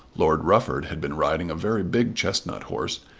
lord rufford had been riding a very big chestnut horse,